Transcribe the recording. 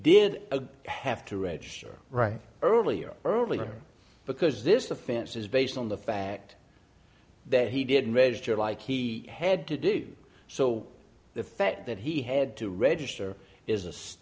did have to register right earlier earlier because this offense is based on the fact that he didn't register like he had to do so the fact that he had to register is